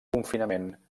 confinament